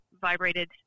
vibrated